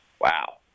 Wow